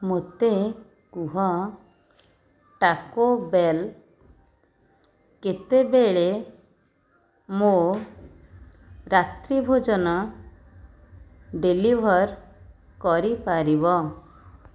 ମୋତେ କୁହ Taco Bell କେତେବେଳେ ମୋ ରାତ୍ରିଭୋଜନ ଡେଲିଭର୍ କରିପାରିବ